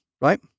right